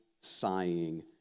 sighing